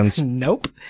Nope